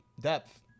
depth